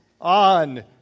on